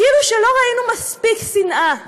כאילו שלא ראינו מספיק שנאה,